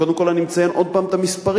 קודם כול אני מציין עוד הפעם את המספרים: